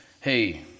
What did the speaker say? Hey